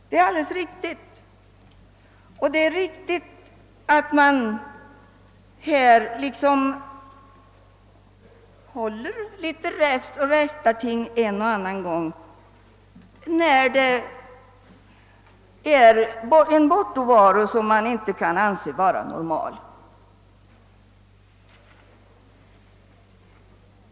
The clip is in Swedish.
Det är också riktigt att man bör hålla litet räfst och rättarting en och annan gång, när bortovaron är så omfattande, att den inte är att anse som »normal».